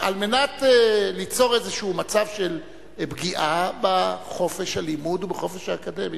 על מנת ליצור איזה מצב של פגיעה בחופש הלימוד או בחופש האקדמי.